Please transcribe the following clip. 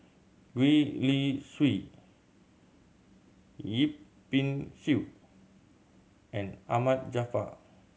Gwee Li Sui Yip Pin Xiu and Ahmad Jaafar